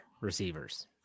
receivers